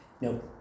No